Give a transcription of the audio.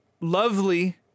lovely